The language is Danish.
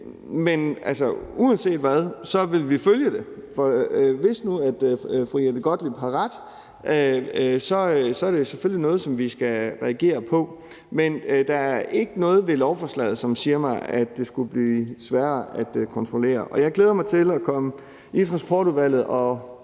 Men uanset hvad vil vi følge det, for hvis nu fru Jette Gottlieb har ret, er det selvfølgelig noget, som vi skal reagere på. Men der er ikke noget ved lovforslaget, som siger mig, at det skulle blive sværere at kontrollere, og jeg glæder mig til at komme i Transportudvalget og